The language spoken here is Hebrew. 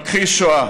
מכחיש שואה.